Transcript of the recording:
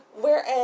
Whereas